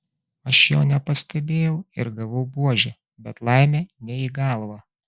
aš jo nepastebėjau ir gavau buože bet laimė ne į galvą